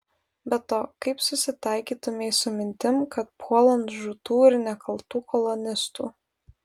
be to kaip susitaikytumei su mintim kad puolant žūtų ir nekaltų kolonistų